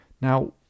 Now